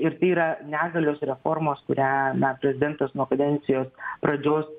ir tai yra negalios reformos kurią na prezidentas nuo kadencijos pradžios